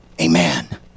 Amen